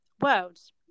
worlds